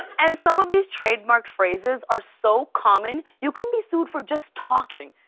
and some of these trademarked phrases are so common, you can be sued for just talking.